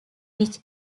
which